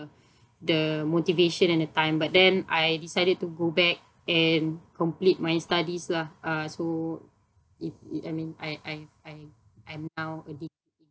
the motivation and the time but then I decided to go back and complete my studies lah uh so it it I mean I I I I'm now a diploma